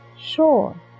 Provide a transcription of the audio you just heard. sure